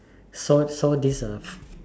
so so this uh